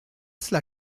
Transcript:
cela